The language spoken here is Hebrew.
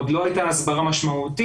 עוד לא הייתה הסברה משמעותית,